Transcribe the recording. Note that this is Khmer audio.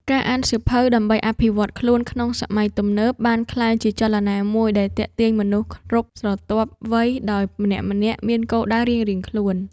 ការអានសៀវភៅដើម្បីអភិវឌ្ឍខ្លួនក្នុងសម័យទំនើប បានក្លាយជាចលនាមួយដែលទាក់ទាញមនុស្សគ្រប់ស្រទាប់វ័យ ដោយម្នាក់ៗមានគោលដៅរៀងៗខ្លួន។